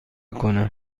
کنم